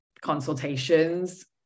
consultations